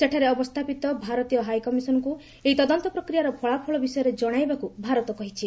ସେଠାରେ ଅବସ୍ଥାପିତ ଭାରତୀୟ ହାଇକମିଶନକୁ ଏହି ତଦନ୍ତ ପ୍ରକ୍ରିୟାର ଫଳାଫଳ ବିଷୟରେ ଜଣାଇବାକୁ ଭାରତ କହିଛି